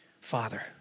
Father